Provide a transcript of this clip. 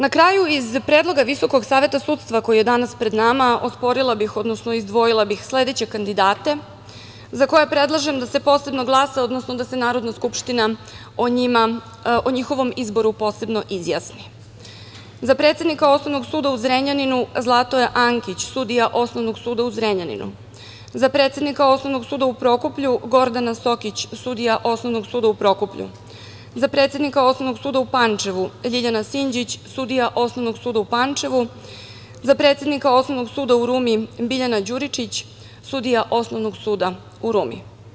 Na kraju, iz predloga Visokog saveta sudstva, koji je danas pred nama, osporila bih, odnosno izdvojila bih sledeće kandidate za koje predlažem da se posebno glasa, odnosno da se Narodna skupština o njihovom izboru posebno izjasni: za predsednika Osnovnog suda u Zrenjaninu Zlatoje Ankić, sudija osnovnog suda u Zrenjaninu; za predsednika Osnovnog suda u Prokuplju, Gordana Sokić, sudija Osnovnog suda u Prokuplju; za predsednika Osnovnog suda u Pančevu Ljiljana Sinđić, sudija Osnovnog suda u Pančevu; za predsednika Osnovnog suda u Rumi Biljana Đuričić, sudija Osnovnog suda u Rumi.